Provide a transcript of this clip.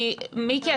מיקי,